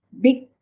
big